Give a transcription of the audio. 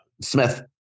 Smith